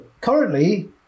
currently